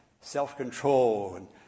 self-control